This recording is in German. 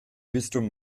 bistum